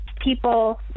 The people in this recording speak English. people